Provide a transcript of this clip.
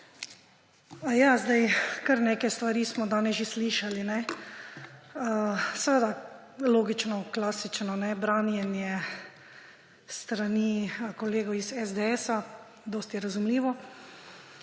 za besedo. Kar nekaj stvari smo danes že slišali. Seveda, logično, klasično branjenje s strani kolegov iz SDS, dosti razumljivo.